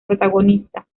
protagonista